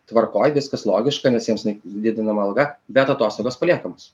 tvarkoj viskas logiška nes jiems nedidinama alga bet atostogos paliekamos